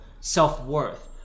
self-worth